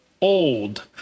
old